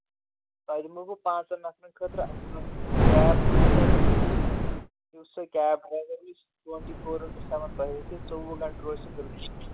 تۄہہِ دِمو بہٕ پانٛژَن نَفرن خٲطرٕ کیب دِمہو تۄہہِ بہٕ سۭتۍ یُس تۄہہِ کیب ڈرٛایوَر یُس ٹُوَنٹی فور اِنٹوٗ سٮ۪وَن تۄہے سۭتۍ ژوٚوُہ گَنٹہٕ روزِ سُہ